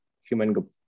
human